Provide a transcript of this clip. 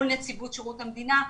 נציבות שירות המדינה,